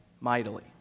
mightily